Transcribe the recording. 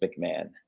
McMahon